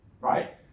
Right